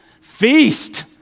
Feast